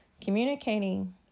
Communicating